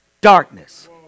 darkness